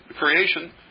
creation